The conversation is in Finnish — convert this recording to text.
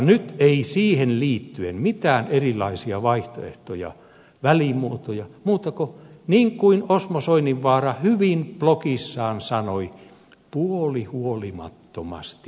nyt ei siihen liittyen ole mitään erilaisia vaihtoehtoja välimuotoja muuta kuin niin kuin osmo soininvaara hyvin blogissaan sanoi puolihuolimattomasti meni läpi